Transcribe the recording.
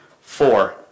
Four